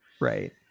Right